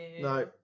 No